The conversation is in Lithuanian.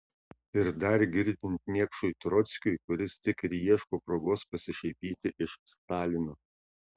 ir dar girdint niekšui trockiui kuris tik ir ieško progos pasišaipyti iš stalino